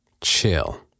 chill